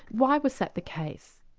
why was that the case?